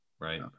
Right